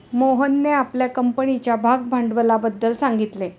मोहनने आपल्या कंपनीच्या भागभांडवलाबद्दल सांगितले